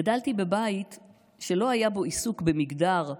גדלתי בבית שלא היה בו עיסוק במגדר,